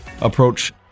approach